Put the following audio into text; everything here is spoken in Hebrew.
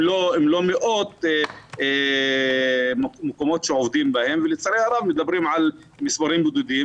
מאות מקומות שעובדים בהם ולצערי הרב מדברים על מספרים בודדים.